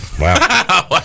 wow